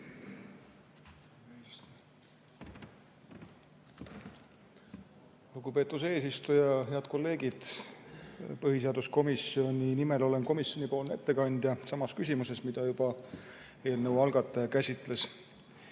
Lugupeetud eesistuja! Head kolleegid! Põhiseaduskomisjoni nimel olen komisjoni ettekandja samas küsimuses, mida juba eelnõu algataja käsitles.